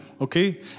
Okay